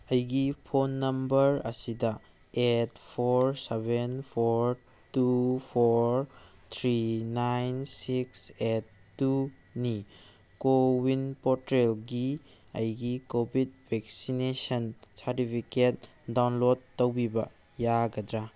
ꯑꯩꯒꯤ phone number ꯑꯁꯤꯗ eight four seven four two four three nine six eight ꯇꯨꯅꯤ CoWIN ꯄꯣꯔꯇꯦꯜꯒꯤ ꯑꯩꯒꯤ ꯀꯣꯚꯤꯠ ꯚꯦꯛꯁꯤꯟꯅꯦꯁꯟ ꯁꯥꯔꯇꯤꯐꯤꯒꯦꯠ ꯗꯥꯎꯟꯂꯣꯠ ꯇꯧꯕꯤꯕ ꯌꯥꯒꯗ꯭ꯔꯥ